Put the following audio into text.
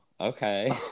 okay